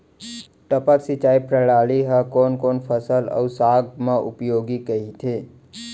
टपक सिंचाई प्रणाली ह कोन कोन फसल अऊ साग म उपयोगी कहिथे?